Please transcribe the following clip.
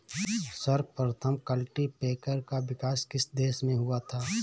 सर्वप्रथम कल्टीपैकर का विकास किस देश में हुआ था?